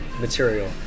material